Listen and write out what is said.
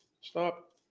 Stop